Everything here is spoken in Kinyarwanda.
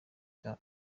cya